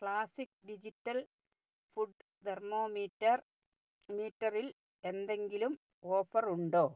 classic digital food thermometer മീറ്ററിൽ എന്തെങ്കിലും offer ഉണ്ടോ